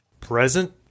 Present